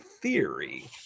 theory